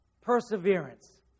Perseverance